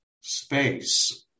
space